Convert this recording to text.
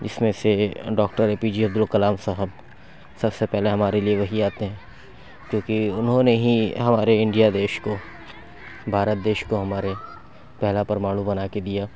جس میں سے doctor A P J Abdul Kalam صاحب سب سے پہلے ہمارے لیے وہی آتے ہیں کیوں کہ انہوں نے ہی ہمارے انڈیا دیش کو بھارت دیش کو ہمارے پہلا پرمانو بنا کے دیا